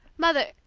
mother,